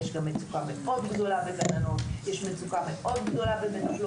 אבל יש גם מצוקה מאוד גדולה בגננות